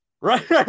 right